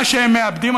מה שהם מאבדים,